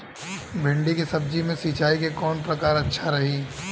भिंडी के सब्जी मे सिचाई के कौन प्रकार अच्छा रही?